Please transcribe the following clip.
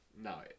No